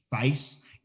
face